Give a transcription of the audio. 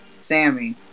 Sammy